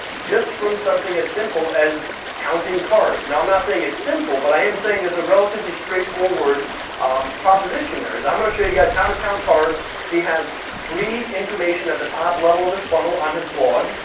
just from something as simple as counting cards. now i'm not saying it's simple, but i am saying it's a relatively straightforward proposition there, is i'm gonna show you guys how to count cards, he has free information at the top level of his funnel on his blog,